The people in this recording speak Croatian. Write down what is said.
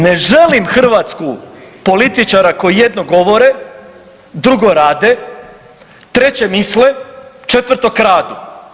Ne želim Hrvatsku političara koji jedno govore, drugo rade, treće misle, četvrto kradu.